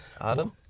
Adam